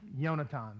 Yonatan